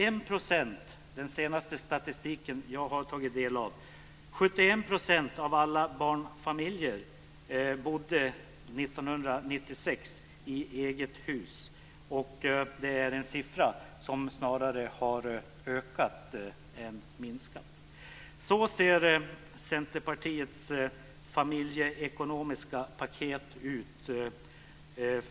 Enligt den senaste statistiken som jag har tagit del av var det 71 % år 1996 av alla barnfamiljer som bodde i eget hus, och det är en procentsats som snarare har ökat än minskat. Så ser Centerpartiets familjeekonomiska paket ut.